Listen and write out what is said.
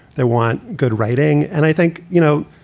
they want good writing. and i think, you know,